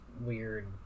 weird